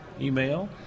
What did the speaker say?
email